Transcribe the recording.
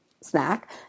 snack